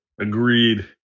Agreed